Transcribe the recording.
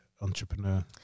entrepreneur